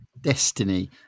Destiny